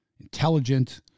Intelligent